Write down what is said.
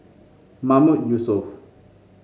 Mahmood Yusof